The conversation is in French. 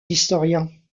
historiens